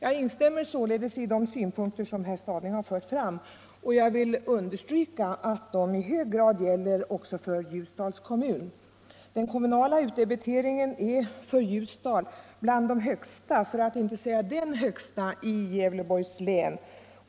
Jag instämmer således i de synpunkter som väntetiderna vid herr Stadling fört fram, och jag vill understryka att dessa i hög grad ögonkliniker gäller också för Ljusdals kommun. Utdebiteringen för Ljusdals kommun är bland de högsta för att inte säga den högsta i Gävleborgs län,